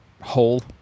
hole